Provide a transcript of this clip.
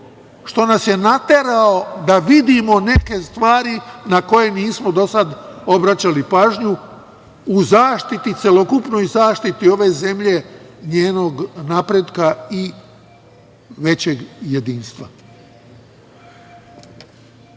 što nas je naterao da vidimo neke stvari na koje nismo do sada obraćali pažnju u zaštiti, celokupnoj zaštiti ove zemlje, njenog napretka i većeg jedinstva. Nove